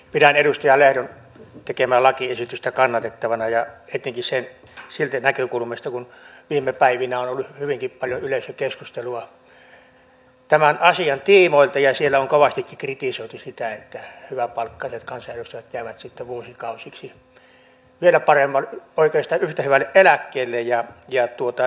pidän edustaja lehdon tekemää lakiesitystä kannatettavana ja etenkin siitä näkökulmasta kun viime päivinä on ollut hyvinkin paljon yleisökeskustelua tämän asian tiimoilta ja siellä on kovastikin kritisoitu sitä että hyväpalkkaiset kansanedustajat jäävät sitten vuosikausiksi oikeastaan yhtä hyvälle eläkkeelle